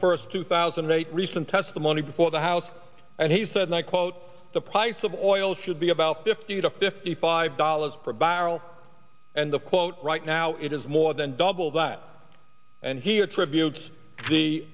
first two thousand and eight recent testimony before the house and he said and i quote the price of oil should be about fifty to fifty five dollars per barrel and the quote right now it is more than double that and here attributes the